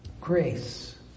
Grace